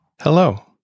Hello